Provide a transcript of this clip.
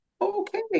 okay